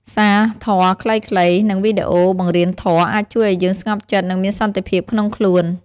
សារធម៌ខ្លីៗ និងវីដេអូបង្រៀនធម៌ អាចជួយឱ្យយើងស្ងប់ចិត្ត និងមានសន្តិភាពក្នុងខ្លួន។